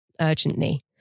urgently